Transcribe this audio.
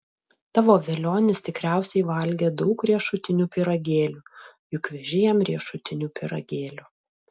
tavo velionis tikriausiai valgė daug riešutinių pyragėlių juk veži jam riešutinių pyragėlių